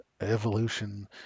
evolution